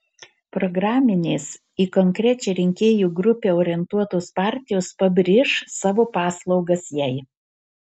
programinės į konkrečią rinkėjų grupę orientuotos partijos pabrėš savo paslaugas jai